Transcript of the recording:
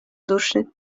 duszy